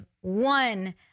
one